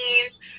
teams